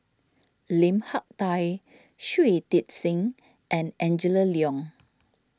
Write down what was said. Lim Hak Tai Shui Tit Sing and Angela Liong